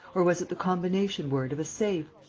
or was it the combination word of a safe?